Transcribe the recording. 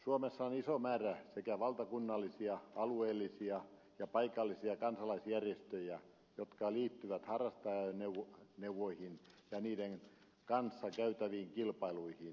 suomessa on iso määrä sekä valtakunnallisia alueellisia että paikallisia kansalaisjärjestöjä jotka liittyvät harrasteajoneuvoihin ja niiden kanssa käytäviin kilpailuihin